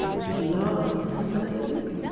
is love a tender thing?